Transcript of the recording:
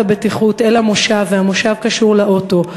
הבטיחות אל המושב והמושב קשור לאוטו.